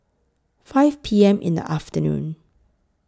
five P M in The afternoon